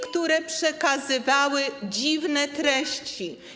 które przekazywały dziwne treści.